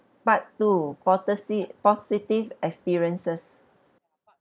part two potisi~ positive experiences